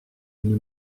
une